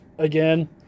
again